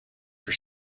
for